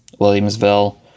Williamsville